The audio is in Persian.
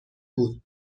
بود